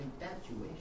Infatuation